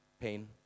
pain